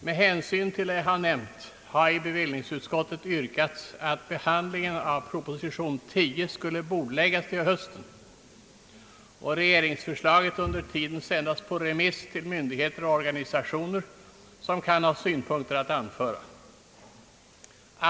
Med hänsyn till det jag nämnt har i bevillningsutskottet yrkats att behandlingen av proposition 10 skulle bordläggas till hösten och regeringsförslaget under tiden sändas på remiss till myndigheter och organisationer som kan ha synpunkter att anföra på det.